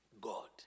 God